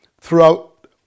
throughout